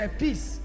peace